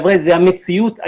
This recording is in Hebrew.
זו המציאות.